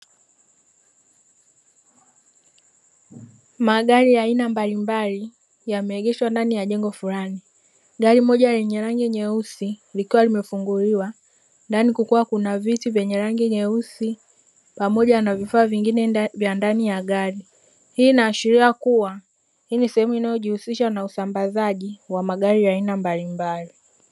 Magari ya aina mbalimbali yameegeshwa ndani ya jengo, gari moja lenye rangi nyeusi likiwa limefunguliwa ndani kukiwa kuna viti vyenye rangi nyeusi pamoja na vifaa vingine vya ndani ya gari. Hii inaashiria kua hii ni sehemu inayo jihusisha na usambazaji wa magari ya aina mbalimbali.